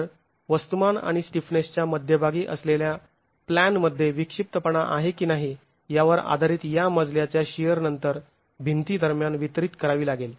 तर वस्तुमान आणि स्टिफनेस च्या मध्यभागी असलेल्या प्लॅनमध्ये विक्षिप्तपणा आहे की नाही यावर आधारित या मजल्यावर शिअर नंतर भिंती दरम्यान वितरित करावी लागेल